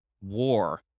war